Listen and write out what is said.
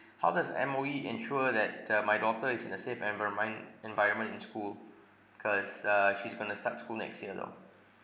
how does M_O_E ensure that uh my daughter is in a safe environmine~ environment in school cause uh she's going to start school next year though